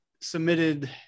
submitted